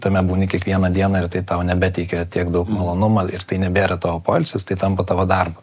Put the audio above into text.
tame būni kiekvieną dieną ir tai tau nebeteikia tiek daug malonumo ir tai nebėra tavo poilsis tai tampa tavo darbu